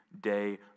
day